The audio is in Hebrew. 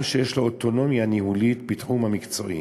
או שיש לו אוטונומיה ניהולית בתחום המקצועי,